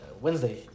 Wednesday